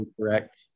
correct